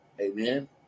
Amen